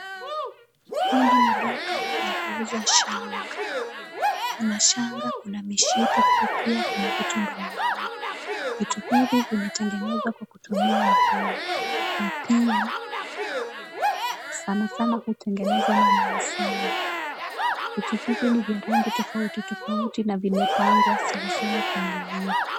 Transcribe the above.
Hili ni duka la kuuza shanga. Kuna shanga, kuna mishipi pia kuna vitu mbalimbali. Vitu hivi vimetengenezwa kwa kutumia mkono na pia sanasana hutengenezwa na Maasai. Vitu hivi ni vya rangi tofauti tofauti na vimepangwa sawasawa kwenye laini.